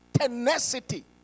tenacity